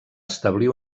establir